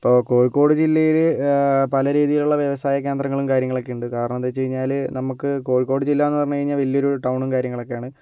ഇപ്പോൾ കോഴിക്കോട് ജില്ലയിൽ പലരീതിലുള്ള വ്യവസായകേന്ദ്രങ്ങളും കാര്യങ്ങളൊക്കെയുണ്ട് കാരണമെന്തെന്ന് വെച്ച് കഴിഞ്ഞാൽ നമുക്ക് കോഴിക്കോട് ജില്ലയെന്ന് പറഞ്ഞു കഴിഞ്ഞാൽ വലിയൊരു ടൌണും കാര്യങ്ങളൊക്കെയാണ്